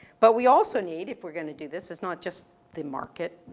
but we also need, if we're gonna do this, is not just the market,